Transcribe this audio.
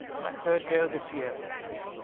my third go this year, fellows.